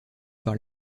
par